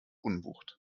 unwucht